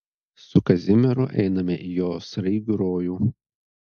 su kazimieru einame į jo sraigių rojų